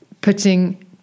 putting